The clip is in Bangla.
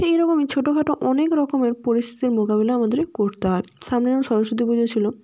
তো এই রকমই ছোটো খাটো অনেক রকমের পরিস্থিতির মোকাবিলা আমাদের করতে হয় সামনে সরস্বতী পুজো ছিল